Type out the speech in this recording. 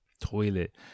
toilet